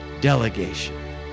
delegation